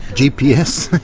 gps,